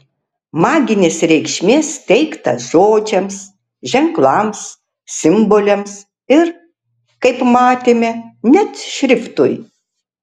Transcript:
maginės reikšmės teikta žodžiams ženklams simboliams ir kaip matėme net šriftui